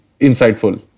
insightful